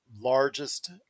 largest